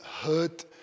hurt